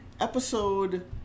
Episode